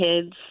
kids